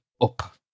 up